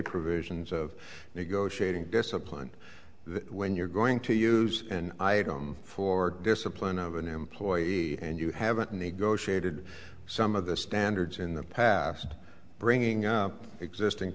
provisions of negotiating discipline that when you're going to use and i don't for discipline of an employee and you haven't negotiated some of the standards in the past bringing up existing